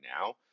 now